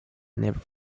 never